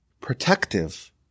protective